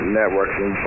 networking